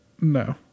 No